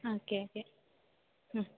okay okay